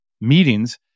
meetings